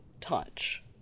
touch